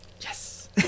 Yes